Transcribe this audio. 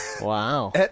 Wow